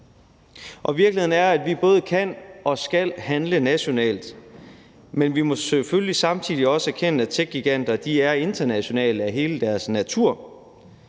Virkeligheden er, at vi både kan og skal handle nationalt, men vi må selvfølgelig samtidig også erkende, at techgiganter er internationale af hele deres natur,